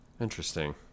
Interesting